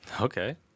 Okay